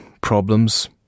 problems